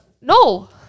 No